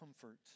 comfort